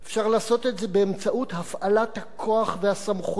אפשר לעשות את זה באמצעות הפעלת הכוח והסמכויות